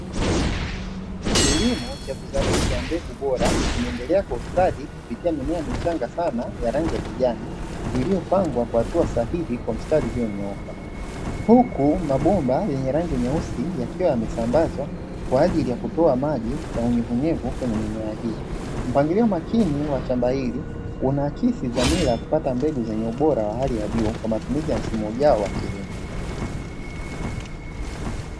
Kilimo cha kuzalisha mbegu bora kinaendelea kwa ustadi kupitia mimea michanga sana ya rangi ya kijani, iliyopangwa kwa hatua sahihi kwa mistari ulionyooka. Huku mabomba yenye rangi nyeusi yakiwa yamesambazwa kwa ajili ya kutoa maji na unyevunyevu kwenye mimea hii. Mpangilio makini wa shamba hili unaakisi dhamira ya kupata mbegu zenye ubora wa hali ya juu kwa matumizi ya msimu ujao wa kilimo.